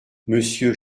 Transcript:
monsieur